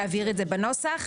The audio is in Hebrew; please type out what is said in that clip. להעביר את זה בנוסח.